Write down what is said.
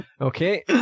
Okay